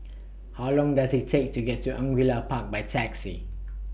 How Long Does IT Take to get to Angullia Park By Taxi